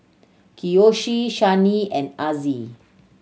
Kiyoshi Shani and Azzie